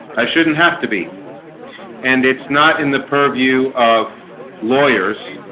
i shouldn't have to be and it's not in the purview of lawyers